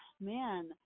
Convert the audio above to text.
Man